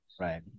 right